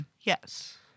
Yes